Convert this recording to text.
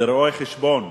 ברואה-חשבון,